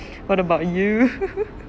what about you